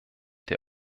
der